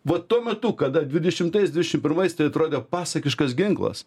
va tuo metu kada dvidešimtais dvidešim pirmais tai atrodė pasakiškas ginklas